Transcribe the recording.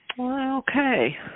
Okay